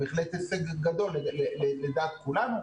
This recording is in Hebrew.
בהחלט הישג גדול לדעת כולנו.